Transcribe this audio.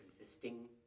existing